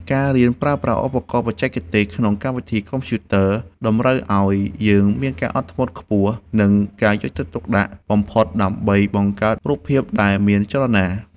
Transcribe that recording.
ការរៀនប្រើប្រាស់ឧបករណ៍បច្ចេកទេសក្នុងកម្មវិធីកុំព្យូទ័រតម្រូវឱ្យយើងមានការអត់ធ្មត់ខ្ពស់ និង ការយកចិត្តទុកដាក់បំផុតដើម្បីបង្កើតរូបភាពដែលមានចលនា។